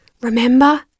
remember